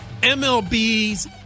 MLB's